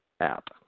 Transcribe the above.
app